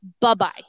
Bye-bye